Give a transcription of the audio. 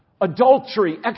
Adultery